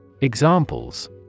Examples